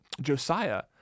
Josiah